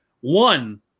one